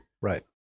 right